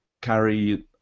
carry